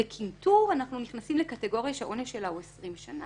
בקינטור אנחנו נכנסים לקטגוריה שהעונש שלה הוא 20 שנים,